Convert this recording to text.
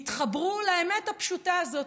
תתחברו לאמת הפשוטה הזאת.